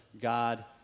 God